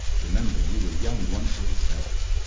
remember, you were young once yourself.